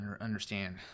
understand